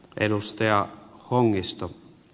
arvoisa puhemies